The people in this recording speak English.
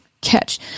catch